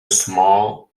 small